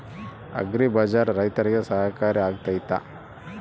Agri Bazaar ರೈತರಿಗೆ ಸಹಕಾರಿ ಆಗ್ತೈತಾ?